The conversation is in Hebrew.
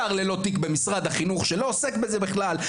שר ללא תיק במשרד החינוך שלא עוסק בזה בכלל,